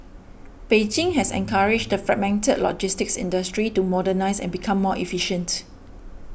Beijing has encouraged the fragmented logistics industry to modernise and become more efficient